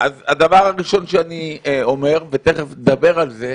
אז הדבר הראשון שאני אומר, ותכף נדבר על זה,